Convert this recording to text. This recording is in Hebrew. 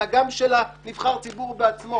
אלא גם של נבחר הציבור בעצמו.